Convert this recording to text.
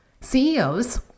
CEOs